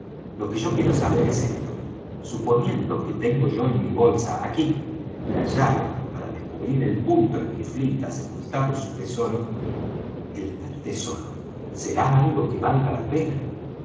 lo que yo quiero saber es esto suponiendo que tengo yo en mi bolsa aquí la llave para descubrir el punto en que flint ha sepultado su tesoro el tal tesoro será algo que valga la pena